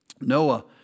Noah